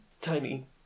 tiny